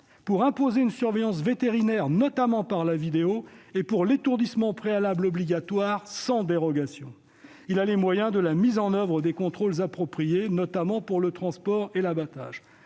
en imposant une surveillance vétérinaire, notamment par des outils vidéo, et par l'étourdissement préalable obligatoire, sans dérogation. Il est enfin en mesure de mettre en oeuvre les contrôles appropriés, notamment pour le transport et l'abattage.